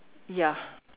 ya